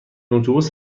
اتوبوس